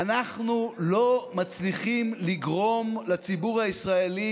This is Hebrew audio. אנחנו לא מצליחים לגרום לציבור הישראלי